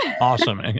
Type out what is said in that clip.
Awesome